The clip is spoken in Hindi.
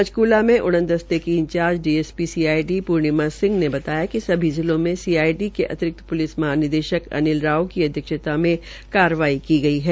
पंचका में उड़न दस्ते की in-charge DSP CID Purnima Singh ने बताया कि सभी जिलों में सीआईडी के अतिरिक्त प्लिस महानिदेशक अनिल राव की अध्यक्षता में कार्रवाई की गई है